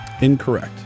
Incorrect